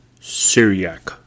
Syriac